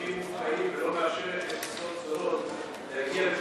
ישראלים ולא מאפשרת לטיסות זולות להגיע,